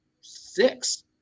six